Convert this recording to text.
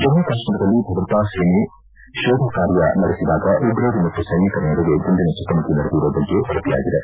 ಜಮ್ಮ ಕಾಶ್ಮೀರದಲ್ಲಿ ಭದ್ರತಾ ಸೇನೆ ಶೋಧ ಕಾರ್ಯ ನಡೆಸಿದಾಗ ಉಗ್ರರು ಮತ್ತು ಸೈನಿಕರ ನಡುವೆ ಗುಂಡಿನ ಚಕಮಕಿ ನಡೆದಿರುವ ಬಗ್ಗೆ ವರದಿಯಾಗಿದೆ